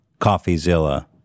CoffeeZilla